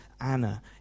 Anna